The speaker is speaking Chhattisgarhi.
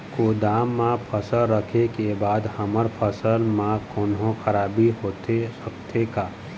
गोदाम मा फसल रखें के बाद हमर फसल मा कोन्हों खराबी होथे सकथे का?